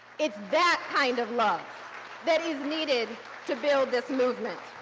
it's that kind of love that is needed to build this movement.